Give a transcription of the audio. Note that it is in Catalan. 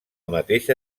mateixa